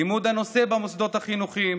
לימוד הנושא במוסדות החינוכיים,